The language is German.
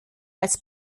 als